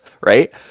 right